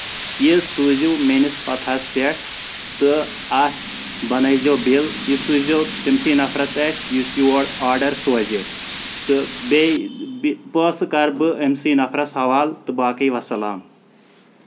یہِ سوٗزو میٲنِس پَتہس پٮ۪ٹھ تہٕ اَتھ بَنٲیزیٚو بِل تہٕ یہِ سوٗز زیٚو تٔمۍ سٕے نَفرَس اتھۍ یُس یور آرڈر سوزِ تہِ بیٚیہِ پونٛسہٕ کَرٕ بہٕ أمۍ سٕے نَفرس حوالہٕ تہٕ باقٕے وَسلام